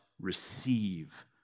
receive